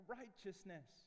righteousness